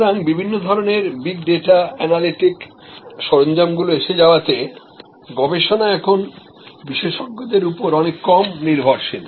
সুতরাং বিভিন্ন ধরণের "big data" অ্যানালিটিক সরঞ্জামগুলির এসে যাওয়াতে গবেষণা এখন বিশেষজ্ঞদের উপর অনেক কম নির্ভরশীল